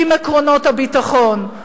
עם עקרונות הביטחון,